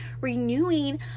renewing